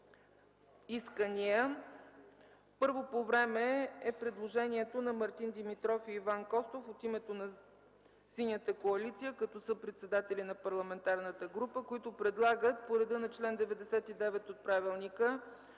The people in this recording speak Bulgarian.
следните искания. Първо по време е предложението на Мартин Димитров и Иван Костов от името на Синята коалиция като съпредседатели на парламентарната група, които предлагат по реда на чл. 99 от правилника